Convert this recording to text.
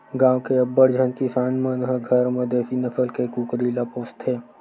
गाँव के अब्बड़ झन किसान मन ह घर म देसी नसल के कुकरी ल पोसथे